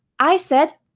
i said,